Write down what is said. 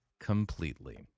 completely